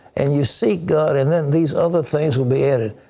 and you seek god and then these other things will be added.